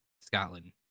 Scotland